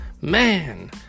man